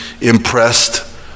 impressed